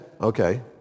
okay